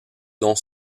dons